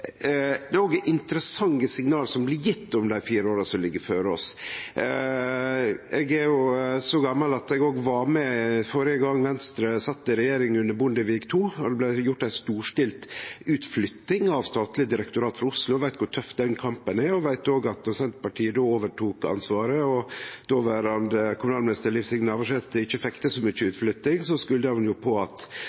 det òg er interessante signal som blir gjevne om dei fire åra som ligg føre oss. Eg er så gammal at eg òg var med førre gong Venstre sat i regjering, under Bondevik II. Då blei det gjort ei storstilt utflytting av statlege direktorat frå Oslo. Eg veit kor tøff den kampen er, og eg veit òg at då Senterpartiet overtok det ansvaret og dåverande kommunalminister Liv Signe Navarsete ikkje fekk til så mykje utflytting, skulda ein på at